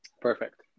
Perfect